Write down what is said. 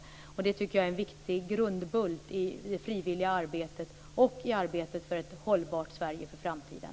Jag tycker att det är en grundbult i det frivilliga arbetet och i arbetet för ett hållbart Sverige i framtiden.